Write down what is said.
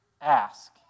Ask